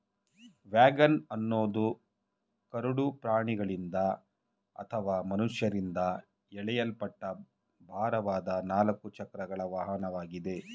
wagon ಅನ್ನೋದು ಕರಡು ಪ್ರಾಣಿಗಳಿಂದ ಅಥವಾ ಮನುಷ್ಯರಿಂದ ಎಳೆಯಲ್ಪಟ್ಟ ಭಾರವಾದ ನಾಲ್ಕು ಚಕ್ರಗಳ ವಾಹನವಾಗಿದೆ